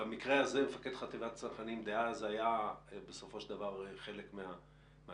במקרה הזה מפקד חטיבת הצנחנים דאז היה חלק מהתהליך,